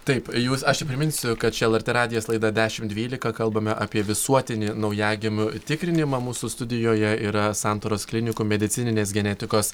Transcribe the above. taip jūs aš tik priminsiu kad čia lrt radijas laida dešimt dvylika kalbame apie visuotinį naujagimių tikrinimą mūsų studijoje yra santaros klinikų medicininės genetikos